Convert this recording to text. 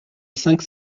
cinq